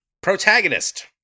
Protagonist